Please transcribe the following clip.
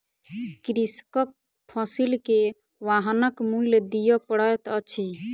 कृषकक फसिल के वाहनक मूल्य दिअ पड़ैत अछि